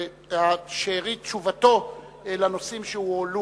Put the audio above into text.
השרים, אדוני שר התקשורת, אנחנו חוזרים.